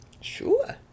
Sure